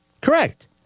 Correct